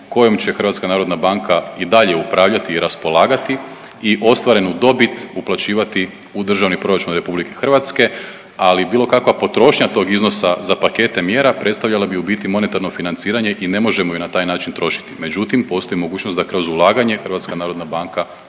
kojom će HNB i dalje upravljati i raspolagati i ostvarenu dobit uplaćivati u Državni proračun RH, ali bilo kakva potrošnja tog iznosa za pakete mjera predstavljala bi u biti monetarno financiranje i ne možemo ju na taj način trošiti, međutim postoji mogućnost da kroz ulaganje HNB